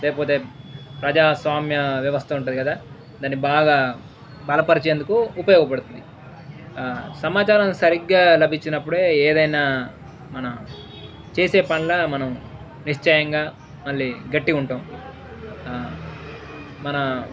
లేకపోతే ప్రజాస్వామ్య వ్యవస్థ ఉంటుంది కదా దాన్ని బాగా బలపరిచేందుకు ఉపయోగపడుతుంది సమాచారం సరిగ్గా లభించినప్పుడే ఏదైనా మనం చేసే పనులు మనం నిశ్చయంగా మళ్ళీ గట్టిగ ఉంటాం మన